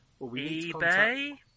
eBay